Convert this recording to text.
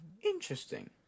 Interesting